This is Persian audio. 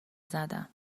زدم